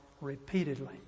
repeatedly